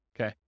Okay